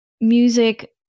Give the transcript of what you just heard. music